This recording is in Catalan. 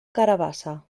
carabassa